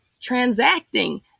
transacting